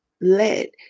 let